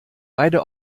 beide